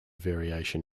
variation